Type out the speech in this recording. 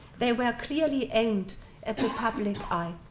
they were clearly aimed at the public eye.